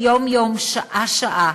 יום-יום, שעה-שעה